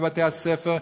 בבתי-הספר,